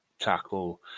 tackle